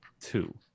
Two